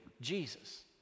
Jesus